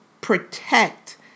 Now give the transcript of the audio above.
protect